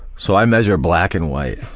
so i measure black and white,